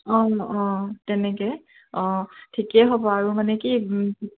অঁ অঁ তেনেকৈ অঁ ঠিকেই হ'ব আৰু মানে কি